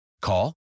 Call